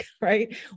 right